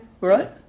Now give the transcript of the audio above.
Right